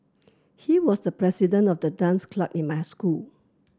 he was the president of the dance club in my school